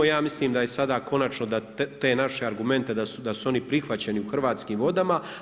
Ja mislim da je sada konačno da te naše argumente da su oni prihvaćeni u Hrvatskim vodama.